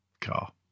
car